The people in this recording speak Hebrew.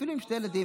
אפילו עם שני ילדים,